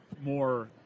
more –